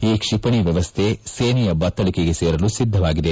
ಈ ಕ್ಷಿಪಣಿ ವ್ಯವಸ್ಥೆ ಸೇನೆಯ ಬತ್ತಳಿಕೆಗೆ ಸೇರಲು ಸಿದ್ಧವಾಗಿದೆ